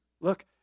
look